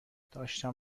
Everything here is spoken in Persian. داشتم